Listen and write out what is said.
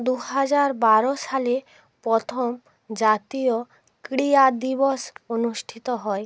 দু হাজার বারো সালে প্রথম জাতীয় ক্রিয়া দিবস অনুষ্ঠিত হয়